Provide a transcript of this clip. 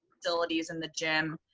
facilities and the gym,